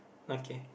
okay